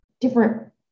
different